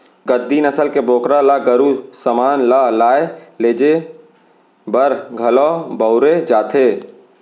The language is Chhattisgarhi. गद्दी नसल के बोकरा ल गरू समान ल लाय लेजे बर घलौ बउरे जाथे